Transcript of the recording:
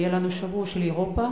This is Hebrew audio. ויהיה לנו שבוע של אירופה.